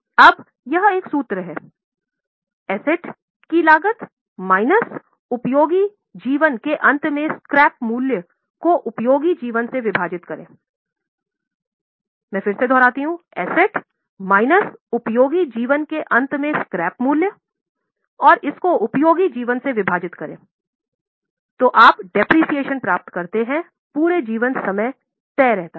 अब यह एक सूत्र है परिसंपत्ति प्राप्त करते हैं जो पूरे जीवन समय तय रहता है